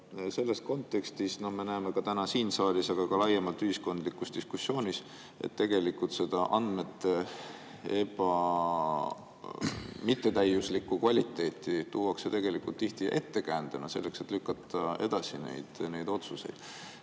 Selles kontekstis me näeme täna siin saalis, aga ka laiemalt ühiskondlikus diskussioonis, et seda andmete mittetäiuslikku kvaliteeti tuuakse tihti ettekäändena selleks, et lükata neid otsuseid